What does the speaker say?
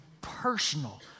personal